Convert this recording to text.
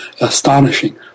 astonishing